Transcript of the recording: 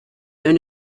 known